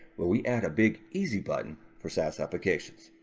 where we add a big easy button for saas applications.